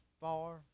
far